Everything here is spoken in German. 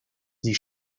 sie